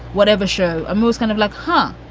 whatever show moves, kind of like, huh,